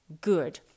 good